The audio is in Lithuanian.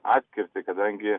atskirtį kadangi